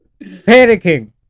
panicking